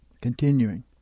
Continuing